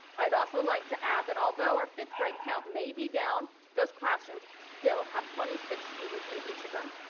i'd also like to add that although or fifth grade count may be down, those classrooms still have twenty six students in each of them.